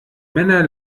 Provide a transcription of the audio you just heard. männer